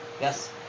Yes